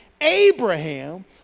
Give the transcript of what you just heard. Abraham